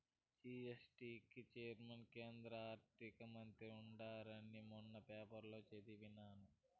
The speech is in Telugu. జీ.ఎస్.టీ కి చైర్మన్ కేంద్ర ఆర్థిక మంత్రి ఉంటారని మొన్న పేపర్లో చదివాను